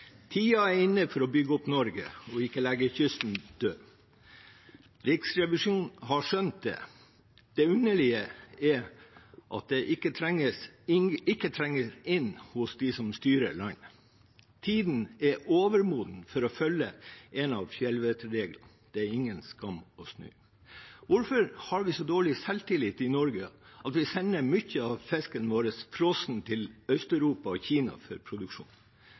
er inne for å bygge opp Norge og ikke legge kysten død. Riksrevisjonen har skjønt det. Det underlige er at det ikke trenger inn hos dem som styrer landet. Tiden er overmoden for å følge en av fjellvettreglene: Det er ingen skam å snu. Hvorfor har vi så dårlig selvtillit i Norge at vi sender mye av fisken vår frossen til Øst-Europa og Kina for produksjon?